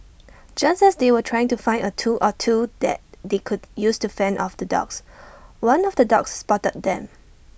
just as they were trying to find A tool or two that they could use to fend off the dogs one of the dogs spotted them